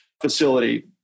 facility